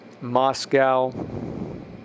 Moscow